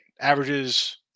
averages –